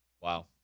Wow